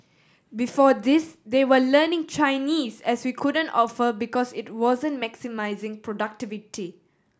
before this they were learning Chinese as we couldn't offer because it wasn't maximising productivity